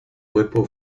cuerpo